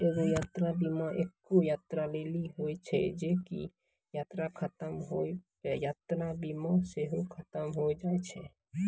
एगो यात्रा बीमा एक्के यात्रा लेली होय छै जे की यात्रा खतम होय पे यात्रा बीमा सेहो खतम होय जाय छै